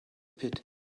pit